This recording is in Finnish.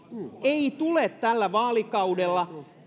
ei tule tällä vaalikaudella